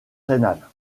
rénale